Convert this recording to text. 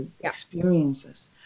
experiences